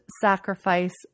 sacrifice